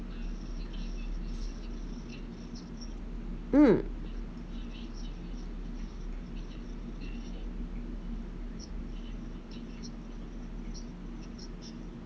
mm